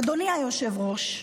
אדוני היושב-ראש,